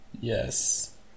Yes